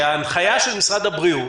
שהנחיה של משרד הבריאות,